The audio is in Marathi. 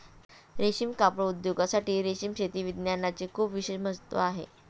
रेशीम कापड उद्योगासाठी रेशीम शेती विज्ञानाचे खूप विशेष महत्त्व आहे